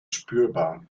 spürbar